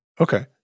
Okay